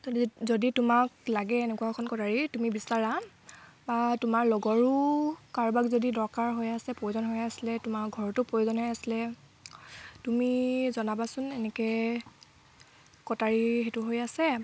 তুমি যদি যদি তোমাক লাগে এনেকুৱা এখন কটাৰী তুমি বিচাৰা বা তোমাৰ লগৰো কাৰোবাক যদি দৰকাৰ হৈ আছে প্ৰয়োজন হৈ আছিলে তোমাৰ ঘৰতো প্ৰয়োজন হৈ আছিলে তুমি জনাবাচোন এনেকৈ কটাৰী সেইটো হৈ আছে